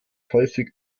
häufig